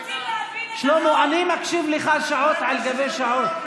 שלמה, אני מקשיב לך שעות על גבי שעות.